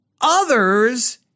others